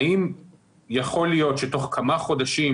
האם יכול להיות שבתוך כמה חודשים